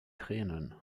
tränen